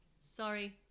sorry